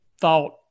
thought